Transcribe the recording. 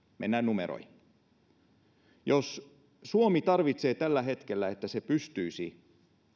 mennään numeroihin suomi tarvitsee tällä hetkellä jotta se pystyisi